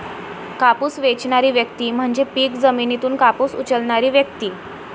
कापूस वेचणारी व्यक्ती म्हणजे पीक जमिनीतून कापूस उचलणारी व्यक्ती